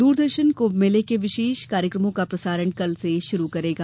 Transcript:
दूरदर्शन कुम्भ मेले के विशेष कार्यक्रमों का प्रसारण कल से शुरु करेगा